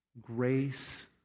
grace